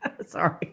Sorry